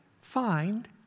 find